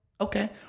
Okay